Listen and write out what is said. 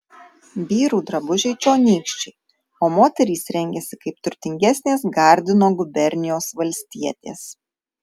vyrų drabužiai čionykščiai o moterys rengiasi kaip turtingesnės gardino gubernijos valstietės